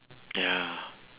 ya